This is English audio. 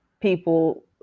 people